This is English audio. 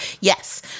Yes